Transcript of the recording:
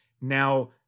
Now